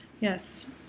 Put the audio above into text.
Yes